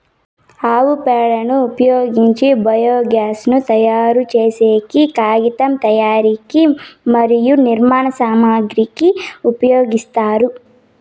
ఆవు పేడను ఉపయోగించి బయోగ్యాస్ ను తయారు చేసేకి, కాగితం తయారీకి మరియు నిర్మాణ సామాగ్రి కి ఉపయోగిస్తారు